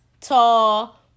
tall